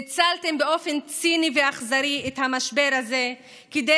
ניצלתם באופן ציני ואכזרי את המשבר הזה כדי